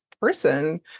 person